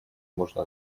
можно